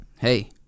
Hey